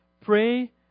pray